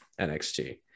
NXT